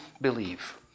believe